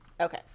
okay